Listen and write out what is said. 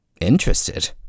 interested